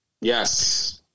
Yes